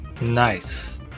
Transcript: nice